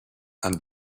and